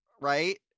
right